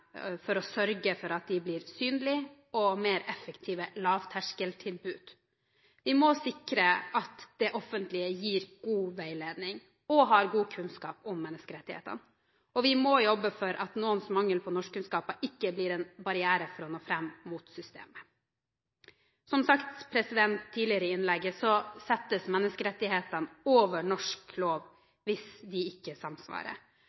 for å gjennomføre enkelte forbedringer for å sørge for at disse blir synlige og mer effektive lavterskeltilbud. Vi må sikre at det offentlige gir god veiledning og har god kunnskap om menneskerettighetene, og vi må jobbe for at noens mangel på norskkunnskaper ikke blir en barriere for å nå fram mot systemet. Som sagt tidligere i innlegget, settes menneskerettighetene over norsk lov hvis de ikke samsvarer.